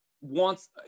wants